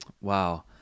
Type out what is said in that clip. Wow